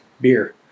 beer